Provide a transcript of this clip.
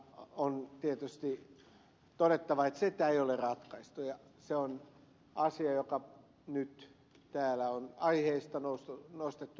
on tietysti todettava että sitä ei ole ratkaistu ja se on asia joka nyt täällä on aiheesta nostettu esille